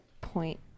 point